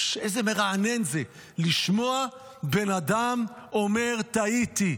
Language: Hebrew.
איזה מרענן זה לשמוע בן אדם אומר: טעיתי.